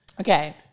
Okay